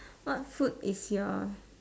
what food is your